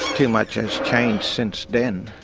too much has changed since then.